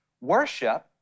Worship